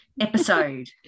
episode